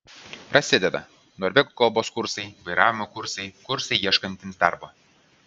prasideda norvegų kalbos kursai vairavimo kursai kursai ieškantiems darbo